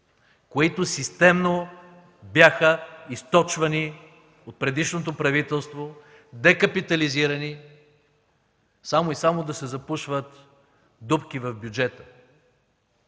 които системно бяха източвани от предишното правителство, декапитализирани, само и само да се запушват дупки в бюджета.